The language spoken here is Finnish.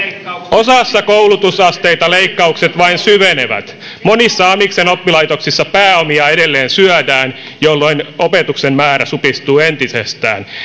osassa koulutusasteita leikkaukset vain syvenevät monissa amiksen oppilaitoksissa pääomia edelleen syödään jolloin opetuksen määrä supistuu entisestään